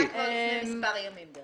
היא נדחתה לפני מספר ימים.